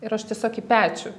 ir aš tiesiog į pečių